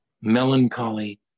melancholy